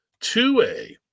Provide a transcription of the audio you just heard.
2A